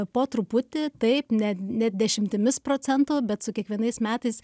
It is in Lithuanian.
po truputį taip ne ne dešimtimis procentų bet su kiekvienais metais